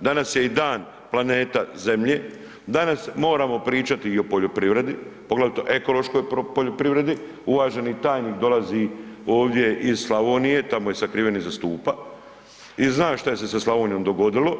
Danas je i dan planeta Zemlje, danas moramo pričati i o poljoprivredi, poglavito o ekološkoj poljoprivredi, uvaženi tajnik dolazi ovdje iz Slavonije, tamo je sakriven iza stupa, i zna šta je se sa Slavonijom dogodilo,